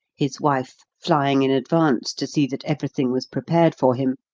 his wife flying in advance to see that everything was prepared for him,